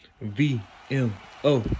V-M-O